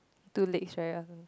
too legs right or something